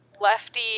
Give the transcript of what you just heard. lefty